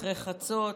אחרי חצות,